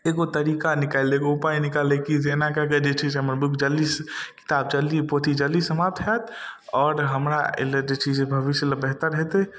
एगो तरीका निकालि लै एगो उपाय निकालि लै एना कऽ कऽ जे छै से हमर बुक जल्दी किताब जल्दी पोथी जल्दी समाप्त होयत आओर हमरा अइ लए जे छै से भविष्य लए बेहतर हेतै